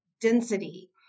density